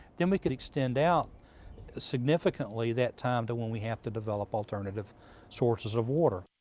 then we could extend out significantly that time to when we have to develop alternative sources of water.